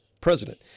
president